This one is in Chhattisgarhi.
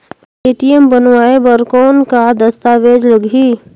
ए.टी.एम बनवाय बर कौन का दस्तावेज लगही?